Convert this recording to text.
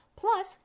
Plus